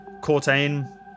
Cortain